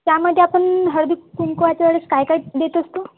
त्यामध्ये आपण हळदी कुंकवाच्या वेळेस काय काय देत असतो